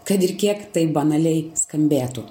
kad ir kiek tai banaliai skambėtų